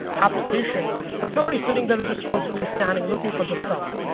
application. but somebody's sitting there and just constantly scanning, looking for the stuff.